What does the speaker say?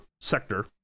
sector